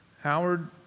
Howard